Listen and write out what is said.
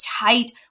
tight